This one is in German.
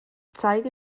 zeige